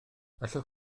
allwch